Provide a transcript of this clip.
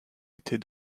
était